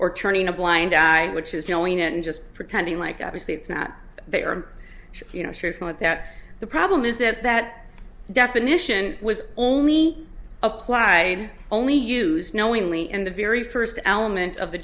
or turning a blind eye which is knowing it and just pretending like obviously it's not they are you know true from that that the problem is that that definition was only applied only use knowingly in the very first element of the